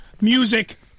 music